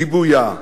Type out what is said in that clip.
גיבויה,